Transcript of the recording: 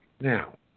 Now